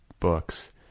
books